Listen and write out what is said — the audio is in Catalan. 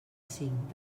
cinc